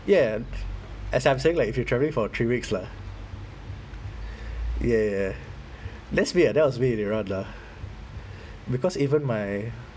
ya ya as in I'm saying like if you're traveling for three weeks lah ya ya ya that's me ah that was me in iran lah because even my